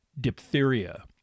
diphtheria